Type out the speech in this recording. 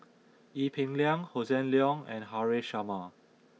Ee Peng Liang Hossan Leong and Haresh Sharma